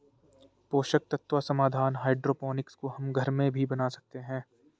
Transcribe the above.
पोषक तत्व समाधान हाइड्रोपोनिक्स को हम घर में भी बना सकते हैं